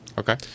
Okay